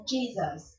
Jesus